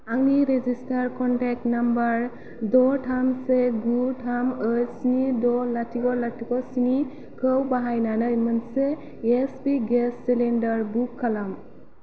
आंनि registered contact number द' थाम से गु थाम एइथ स्नि द' लाथिख' लाथिख' स्नि खौ बाहायनानै मोनसे H P gas cylinder book खालाम